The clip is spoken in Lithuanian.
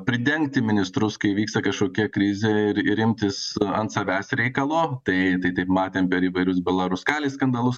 pridengti ministrus kai vyksta kažkokia krizė ir ir imtis ant savęs reikalo tai tai taip matėm per įvairius belaruskali skandalus